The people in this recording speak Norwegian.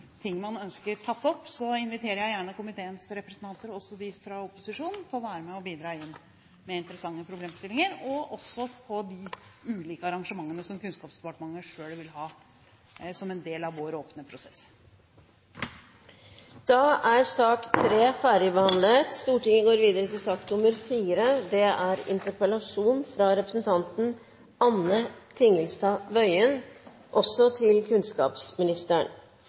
ting man ønsker tatt opp, inviterer jeg gjerne komiteens representanter – også de fra opposisjonen – til å være med og bidra med interessante problemstillinger, og også på de ulike arrangementene som Kunnskapsdepartementet selv vil ha som en del av vår åpne prosess. Debatten i sak nr. 3 er dermed avsluttet. Frafall i videregående skole er en av de største utfordringene i utdanningssystemet. Frafall er